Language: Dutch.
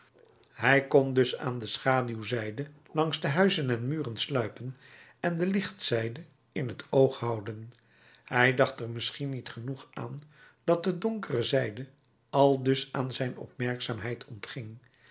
hij kon dus aan de schaduwzijde langs de huizen en muren sluipen en de lichtzijde in t oog houden hij dacht er misschien niet genoeg aan dat de donkere zijde aldus aan zijn opmerkzaamheid ontging